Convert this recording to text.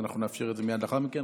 אז אנחנו נאפשר את זה מייד לאחר מכן.